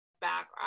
back